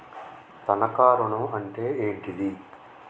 తనఖా ఋణం అంటే ఏంటిది?